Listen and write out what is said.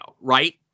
right